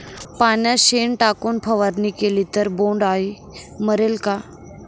पाण्यात शेण टाकून फवारणी केली तर बोंडअळी मरेल का?